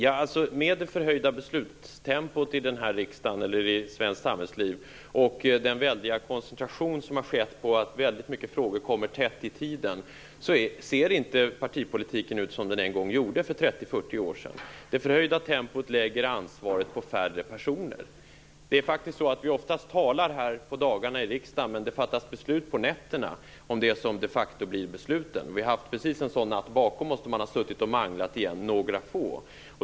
Med tanke på det förhöjda beslutstempot i svenskt samhällsliv och den väldiga koncentration som skett så att många frågor kommer tätt i tiden ser partipolitiken inte ut som den en gång gjorde för 30-40 år sedan. Det förhöjda tempot gör att ansvaret läggs på färre personer. Det är faktiskt så att vi oftast talar på dagarna i riksdagen men de facto fattar besluten på nätterna. Vi har precis en sådan natt bakom oss då några få har suttit och manglat.